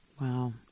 Wow